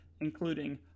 including